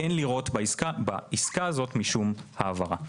אין לראות בעסקה הזאת משום העברה.